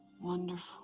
wonderful